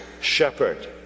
shepherd